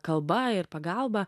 kalba ir pagalba